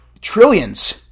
Trillions